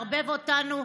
מערבב אותנו.